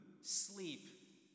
sleep